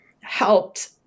helped